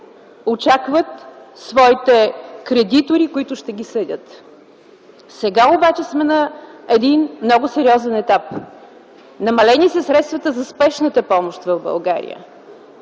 Очакват своите кредитори, които ще ги съдят. Сега обаче сме на един много сериозен етап – намалени са средствата за Спешната помощ в България.